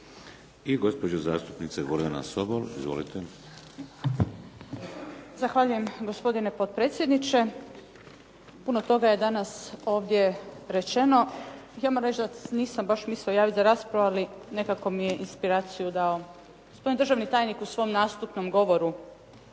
I gospođa zastupnica Gordana Sobol. Izvolite. **Sobol, Gordana (SDP)** Zahvaljujem. Gospodine potpredsjedniče. Puno toga je danas ovdje rečeno. Ja moram reći da se nisam baš mislila javiti za raspravu ali nekako mi je inspiraciju dao gospodin državni tajnik u svom nastupnom govoru